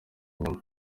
inyama